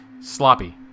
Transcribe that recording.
Sloppy